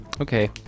okay